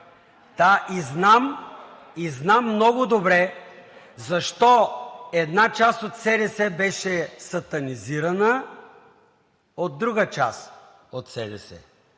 и знам много добре защо една част от СДС беше сатанизирана от друга част от СДС,